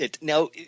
now